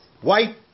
white